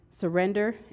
surrender